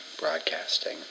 broadcasting